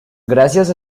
gracias